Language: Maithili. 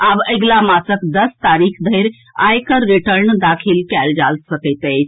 आब अगिला मासक दस तारीख धरि आयकर रिटर्न दाखिल कएल जा सकैत अछि